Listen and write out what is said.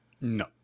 No